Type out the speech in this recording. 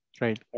right